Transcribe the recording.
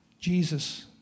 Jesus